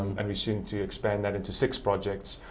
and we seem to expand that into six projects.